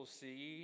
see